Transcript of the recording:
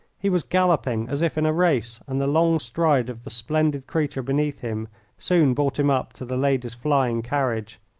he was galloping as if in a race, and the long stride of the splendid creature beneath him soon brought him up to the lady's flying carriage.